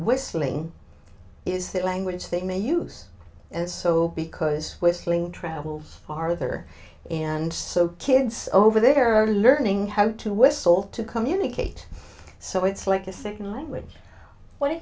whistling is that language they may use as so because whistling travels farther and so kids over there are learning how to whistle to communicate so it's like a second language what